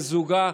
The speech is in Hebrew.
בן זוגה,